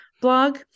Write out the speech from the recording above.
blog